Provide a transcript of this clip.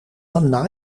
van